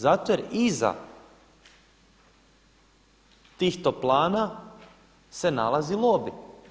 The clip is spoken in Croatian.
Zato jer iza tih toplana se nalazi lobi.